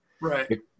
Right